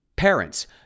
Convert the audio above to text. Parents